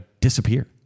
disappear